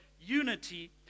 unity